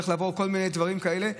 צריך לעבור כל מיני דברים כאלה,